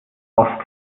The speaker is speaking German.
oft